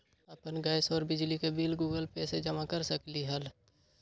अपन गैस और बिजली के बिल गूगल पे से जमा कर सकलीहल?